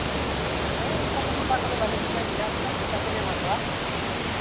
ᱦᱳᱭ ᱚᱱᱠᱟ ᱫᱚᱦᱟᱸᱜ ᱫᱟᱜ ᱠᱚᱫᱚ ᱵᱟᱞᱮ ᱢᱮᱥᱟᱭ ᱜᱮᱭᱟ ᱚᱱᱠᱟ ᱵᱮᱥ ᱟᱜ ᱜᱮᱞᱮ ᱮᱢᱟ ᱠᱚᱣᱟ